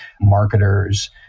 marketers